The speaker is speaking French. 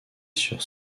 sur